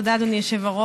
תודה, אדוני היושב-ראש.